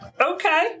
Okay